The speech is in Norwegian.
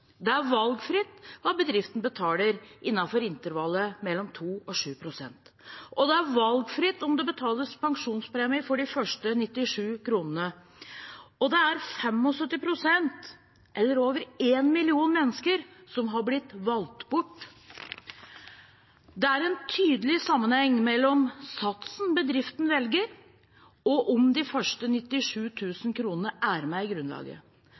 Det er valgfritt hva bedriften betaler innenfor intervallet 2 pst.–7 pst., og det er valgfritt om det betales pensjonspremie for de første 97 000 kr. Det er 75 pst. – eller over 1 million mennesker – som har blitt valgt bort. Det er en tydelig sammenheng mellom satsen bedriften velger, og om de første 97 000 kr er med i grunnlaget.